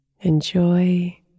Enjoy